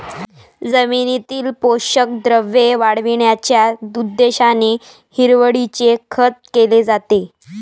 जमिनीतील पोषक द्रव्ये वाढविण्याच्या उद्देशाने हिरवळीचे खत केले जाते